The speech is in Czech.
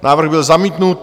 Návrh byl zamítnut.